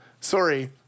sorry